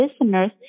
listeners